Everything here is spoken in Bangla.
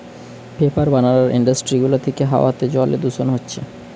পেপার বানানার ইন্ডাস্ট্রি গুলা থিকে হাওয়াতে জলে দূষণ হচ্ছে